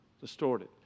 Distorted